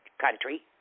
country